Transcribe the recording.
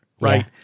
right